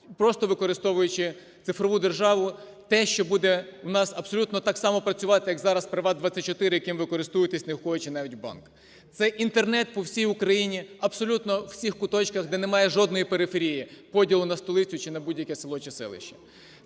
просто використовуючи цифрову державу, те, що буде в нас абсолютно так само працювати, як зараз Приват24, яким ви користуєтесь, не ходячи навіть у банк. Це Інтернет по всій Україні, абсолютно в усіх куточках, де немає жодної периферії, поділу на столицю чи на будь-яке село чи селище.